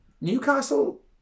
Newcastle